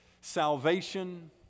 Salvation